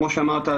כמו שאמרת,